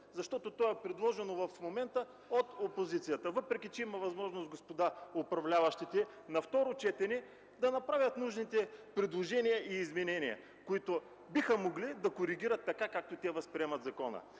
защото то е предложено в момента от опозицията! Въпреки че има възможност господа управляващите на второ четене да направят нужните предложения и изменения, които биха могли да коригират така, както те възприемат закона.